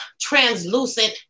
translucent